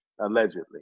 allegedly